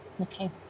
Okay